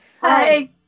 Hi